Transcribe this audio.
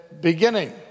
beginning